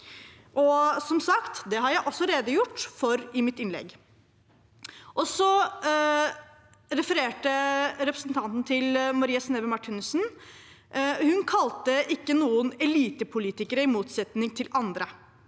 som sagt også redegjort for det i mitt innlegg. Så refererte representanten til Marie Sneve Martinussen. Hun kalte ikke noen elitepolitikere i motsetning til andre,